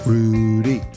Rudy